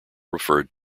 referred